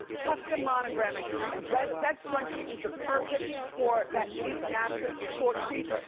custom monogramming, and bed bed scrunchie is the perfect for that deep mattress or short sheets.